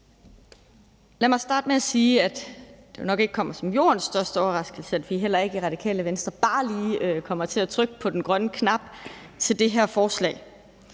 Lad mig starte med at sige, at det jo nok ikke kommer som jordens største overraske, at vi heller ikke i Radikale Venstre bare lige kommer til at trykke på den grønne knap i forhold til det her forslag,